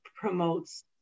promotes